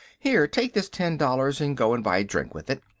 here, take this ten dollars and go and buy a drink with it.